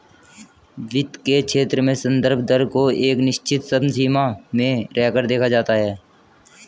वित्त के क्षेत्र में संदर्भ दर को एक निश्चित समसीमा में रहकर देखा जाता है